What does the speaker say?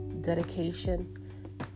dedication